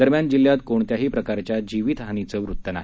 दरम्यान जिल्ह्यात कोणत्याही प्रकारच्या जीवितहानीचं वृत्त नाही